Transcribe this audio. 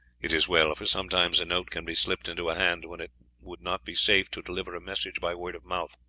it is well for sometimes a note can be slipped into a hand when it would not be safe to deliver a message by word of mouth.